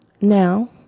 Now